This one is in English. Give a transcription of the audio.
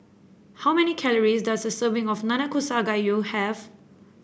how many calories does a serving of Nanakusa Gayu have